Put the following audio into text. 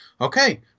okay